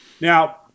Now